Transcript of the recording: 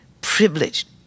privileged